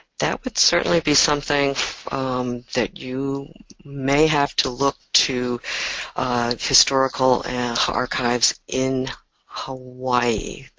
that would certainly be something that you may have to look to historical archives in hawaii.